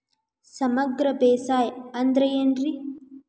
ಸಮಗ್ರ ಬೇಸಾಯ ಅಂದ್ರ ಏನ್ ರೇ?